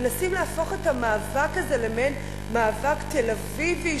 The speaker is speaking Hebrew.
מנסים להפוך את המאבק הזה למעין מאבק תל-אביבי,